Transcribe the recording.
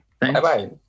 Bye-bye